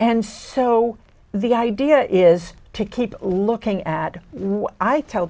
and so the idea is to keep looking at what i tell